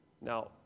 now